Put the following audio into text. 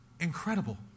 Incredible